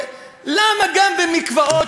למה גם במקוואות,